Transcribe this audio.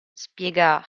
spiega